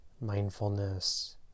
mindfulness